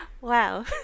Wow